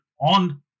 on